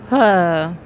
!huh!